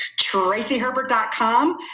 Tracyherbert.com